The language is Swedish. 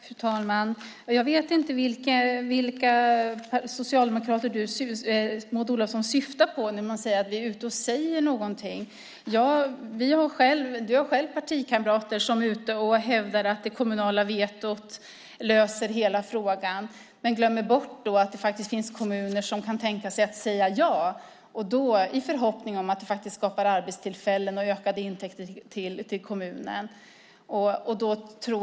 Fru talman! Jag vet inte vilka socialdemokrater Maud Olofsson syftar på när hon säger att vi är ute och säger någonting. Du har själv partikamrater som hävdar att det kommunala vetot löser hela frågan men glömmer bort att det finns kommuner som kan tänka sig att säga ja i förhoppning om att det skapar arbetstillfällen och ökade intäkter till kommunen.